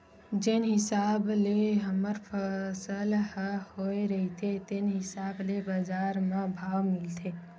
जेन हिसाब ले हमर फसल ह होए रहिथे तेने हिसाब ले बजार म भाव मिलथे